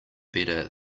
better